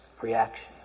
reaction